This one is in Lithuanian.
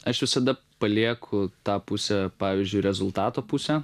aš visada palieku tą pusę pavyzdžiui rezultato pusę